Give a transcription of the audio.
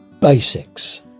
basics